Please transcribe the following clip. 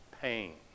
pain